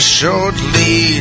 shortly